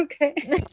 Okay